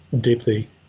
deeply